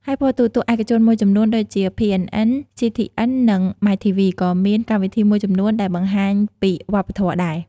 ហើយប៉ុស្តិ៍ទូរទស្សន៍ឯកជនមួយចំនួន ដូចជា PNN, CTN, និង MyTV ក៏មានកម្មវិធីមួយចំនួនដែលបង្ហាញពីវប្បធម៌ដែរ។